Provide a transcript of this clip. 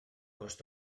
cost